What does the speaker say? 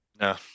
No